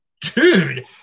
dude